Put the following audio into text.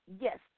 Yes